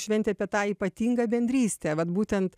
šventė apie tą ypatingą bendrystę vat būtent